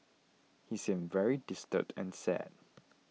he seemed very disturbed and sad